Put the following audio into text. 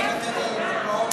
לתת דוגמאות?